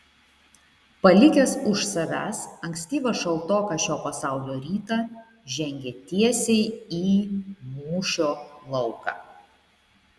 palikęs už savęs ankstyvą šaltoką šio pasaulio rytą žengė tiesiai į mūšio lauką